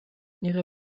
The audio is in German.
ihre